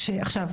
עכשיו,